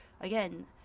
again